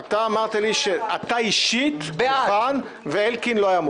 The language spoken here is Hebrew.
אתה אמרת לי שאתה אישית מוכן ואלקין לא היה מוכן.